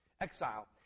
exile